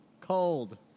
Cold